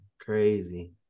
crazy